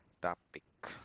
Topic